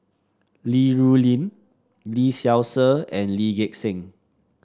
Li Rulin Lee Seow Ser and Lee Gek Seng